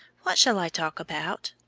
what shall i talk about?